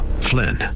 Flynn